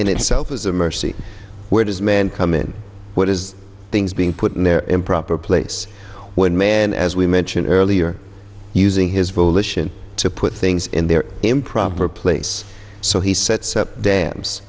in itself is a mercy where does man come in what is things being put in their improper place when man as we mentioned earlier using his volition to put things in their improper place so he sets up dams